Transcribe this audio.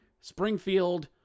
Springfield